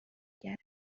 نگرند